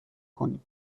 کنیم